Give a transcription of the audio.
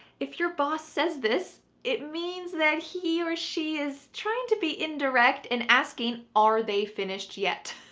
if your boss says this, it means that he or she is trying to be indirect and asking are they finished yet?